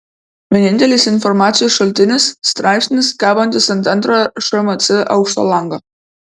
vienintelis informacijos šaltinis straipsnis kabantis ant antrojo šmc aukšto lango